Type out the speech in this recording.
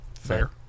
Fair